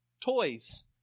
toys